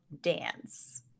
dance